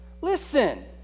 listen